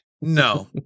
no